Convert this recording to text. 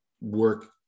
work